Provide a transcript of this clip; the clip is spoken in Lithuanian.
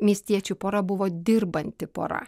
miestiečių pora buvo dirbanti pora